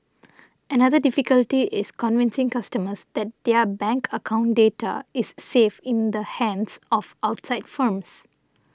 another difficulty is convincing customers that their bank account data is safe in the hands of outside firms